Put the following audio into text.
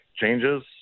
changes